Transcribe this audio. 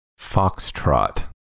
Foxtrot